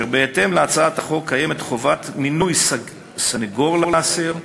בהתאם להצעת החוק קיימת חובת מינוי סנגור לאסיר,